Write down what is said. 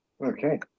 Okay